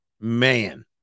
man